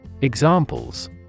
Examples